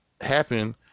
happen